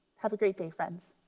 have a great day friends.